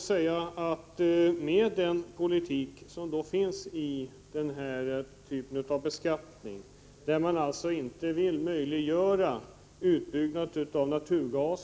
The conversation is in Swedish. sägas att man med den politik som ligger till grund för den här typen av beskattning inte vill möjliggöra en utbyggnad av naturgasen.